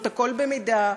הכול במידה,